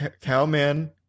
Cowman